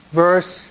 verse